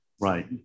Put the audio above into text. Right